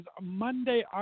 Monday